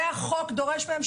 זה מה שהחוק דורש מהם.